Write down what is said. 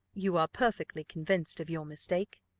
you are perfectly convinced of your mistake.